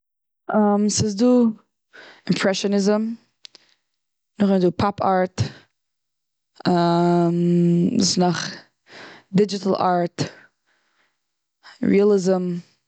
ס'איז דא אימפרעטיניזם. נאך דעם איז דא פאפ ארט, וואס נאך? דיגיטעל ארט, ריעליזעם.